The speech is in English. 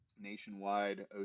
nationwide